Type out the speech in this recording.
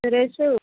Suresh